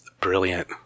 brilliant